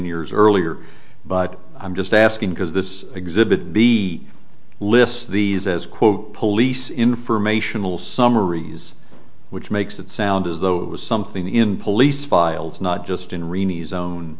years earlier but i'm just asking because this exhibit b lists these as quote police informational summaries which makes it sound as though it was something in police files not just in